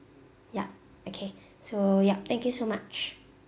yup okay so yup thank you so much